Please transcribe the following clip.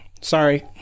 Sorry